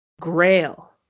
Grail